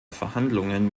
verhandlungen